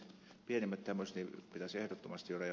nämä pienimmät tämmöiset pitäisi ehdottomasti ole